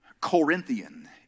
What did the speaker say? Corinthian